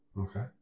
Okay